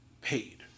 paid